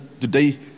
today